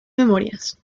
memorias